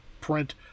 print